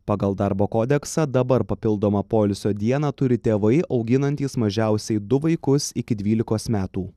pagal darbo kodeksą dabar papildomą poilsio dieną turi tėvai auginantys mažiausiai du vaikus iki dvylikos metų